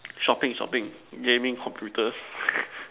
shopping shopping gaming computers